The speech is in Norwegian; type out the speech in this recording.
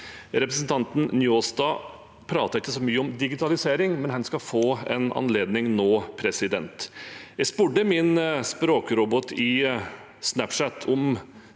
Representanten Njåstad pratet ikke så mye om digitalisering, men han skal få en anledning nå. Jeg spurte min språkrobot på Snapchat om